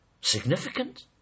Significant